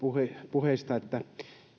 puheista että